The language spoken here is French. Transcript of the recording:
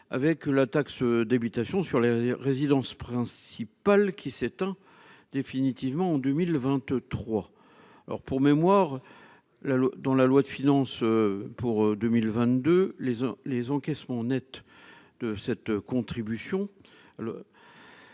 que la taxe d'habitation sur les résidences principales, qui s'éteindra définitivement en 2023. Pour mémoire, dans la loi de finances pour 2022, les encaissements nets s'élèveraient